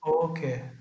Okay